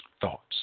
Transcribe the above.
Thoughts